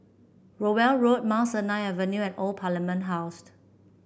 Rowell Road Mount Sinai Avenue and Old Parliament House